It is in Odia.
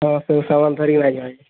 ହଁ ସେ ସାମାନ୍ ଧରିକିନା ଯିମା ଯେ